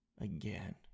again